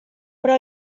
però